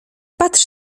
patrz